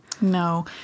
No